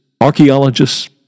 archaeologists